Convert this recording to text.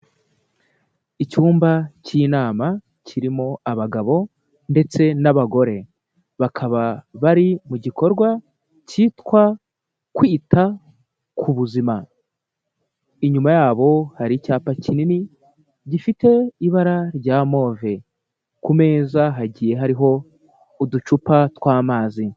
Icyumba cy'inama kirimo abagabo ndetse n'abagore, bakaba bari mu gikorwa cyitwa: " Kwita ku buzima," inyuma yabo hari icyapa kinini gifite ibara rya move, ku meza hagiye hariho uducupa tw'amazi.